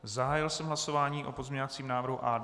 Zahájil jsem hlasování o pozměňovacím návrhu A2.